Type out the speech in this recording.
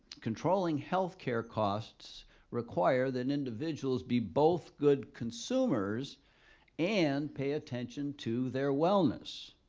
controlling healthcare costs require that individuals be both good consumers and pay attention to their wellness.